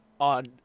on